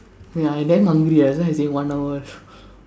ya I damn hungry ah that's why I say one hour